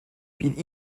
bydd